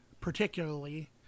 particularly